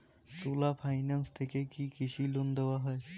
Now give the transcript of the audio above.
চোলা finance থেকে কি কৃষি ঋণ দেওয়া হয়?